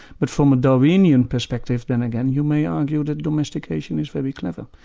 but from a darwinian perspective, then again you may argue that domestication is very clever.